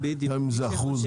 גם אם זה אחוז,